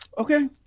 Okay